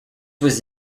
was